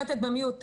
במספרים?